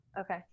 Okay